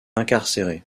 incarcéré